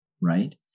right